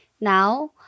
Now